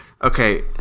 Okay